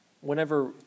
whenever